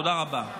תודה רבה.